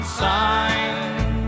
sign